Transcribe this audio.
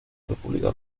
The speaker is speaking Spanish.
república